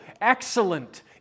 Excellent